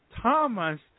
Thomas